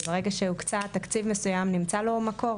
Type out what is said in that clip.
וברגע שהוקצה תקציב מסוים נמצא לו מקור.